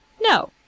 No